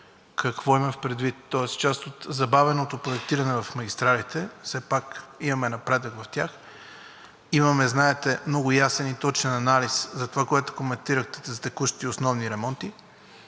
Какво имам предвид? Тоест част от забавеното проектиране в магистралите – все пак имаме напредък в тях. Имаме, знаете, много ясен и точен анализ за това, което коментирахте за текущите и основните ремонти.